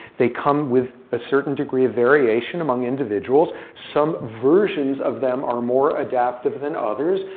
they come with a certain degree of variation among individuals. some versions of them are more adaptive than others.